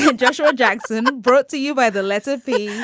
so joshua jackson brought to you by the letter b.